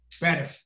better